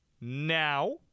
Now